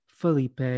Felipe